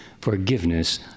forgiveness